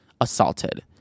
assaulted